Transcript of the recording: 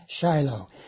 Shiloh